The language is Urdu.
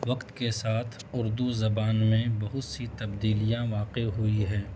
وقت کے ساتھ اردو زبان میں بہت سی تبدیلیاں واقع ہوئی ہے